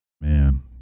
man